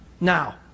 Now